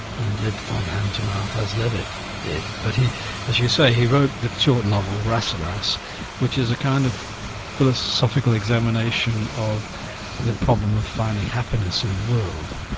and lived from hand to mouth, as levitt did. but as you say, he wrote the short novel rasselas which is a kind of philosophical examination of the problem of finding happiness in the world,